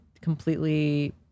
completely